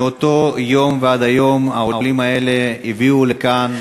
מאותו יום ועד היום העולים האלה הביאו לכאן